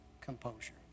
composure